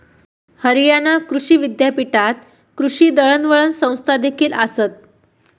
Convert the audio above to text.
हरियाणा कृषी विद्यापीठात कृषी दळणवळण संस्थादेखील आसत